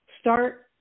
Start